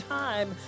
time